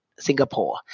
Singapore